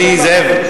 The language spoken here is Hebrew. ידידי זאב,